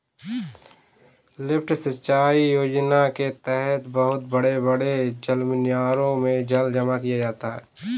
lift सिंचाई योजना के तहद बहुत बड़े बड़े जलमीनारों में जल जमा किया जाता है